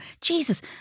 Jesus